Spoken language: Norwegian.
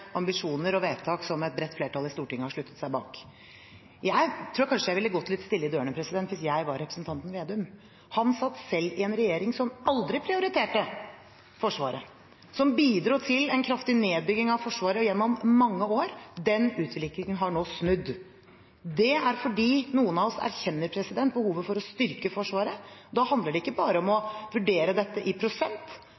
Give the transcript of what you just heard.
ambisjoner og vedtak som et bredt flertall i Stortinget har stilt seg bak. Jeg tror kanskje jeg ville gått litt stille i dørene hvis jeg var representanten Slagsvold Vedum. Han satt selv i en regjering som aldri prioriterte Forsvaret, og som bidro til en kraftig nedbygging av Forsvaret gjennom mange år. Den utviklingen har nå snudd. Det er fordi noen av oss erkjenner behovet for å styrke Forsvaret. Da handler det ikke bare om å